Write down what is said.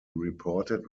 reported